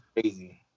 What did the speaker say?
crazy